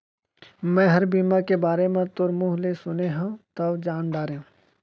मैंहर बीमा के बारे म तोर मुँह ले सुने हँव तव जान डारेंव